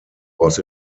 was